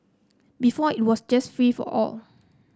before it was just free for all